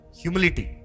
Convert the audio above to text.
humility